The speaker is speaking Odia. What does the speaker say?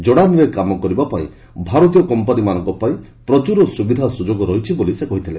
ଜୋଡାନରେ କାମ କରିବା ପାଇଁ ଭାରତୀୟ କମ୍ପାନୀମାନଙ୍କ ପାଇଁ ପ୍ରଚୁର ସୁବିଧା ସୁଯୋଗ ରହିଛି ବୋଲି ସେ କହିଥିଲେ